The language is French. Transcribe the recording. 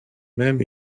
même